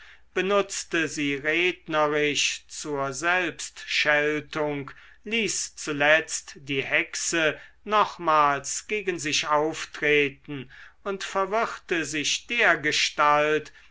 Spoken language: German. benutzte sie rednerisch zur selbstscheltung ließ zuletzt die hexe nochmals gegen sich auftreten und verwirrte sich dergestalt